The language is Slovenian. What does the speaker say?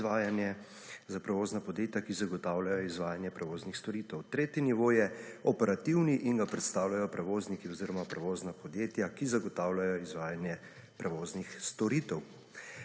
izvajanje za prevozna podjetja, ki zagotavljajo izvajanje prevoznih storitev. Tretji nivo je operativni in ga predstavljajo prevozniki oziroma prevozna podjetja, ki zagotavljajo izvajanje prevoznih storitev.